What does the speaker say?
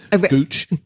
gooch